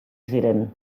ziren